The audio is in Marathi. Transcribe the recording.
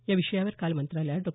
या विषयावर काल मंत्रालयात डॉ